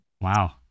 wow